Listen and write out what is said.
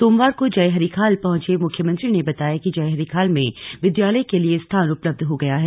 सोमवार को जयहरीखाल पहुंचे मुख्यमंत्री ने बताया कि जयहरीखाल में विद्यालय के लिए स्थान उपलब्ध हो गया है